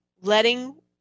letting